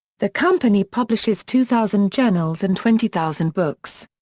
the company publishes two thousand journals and twenty thousand books.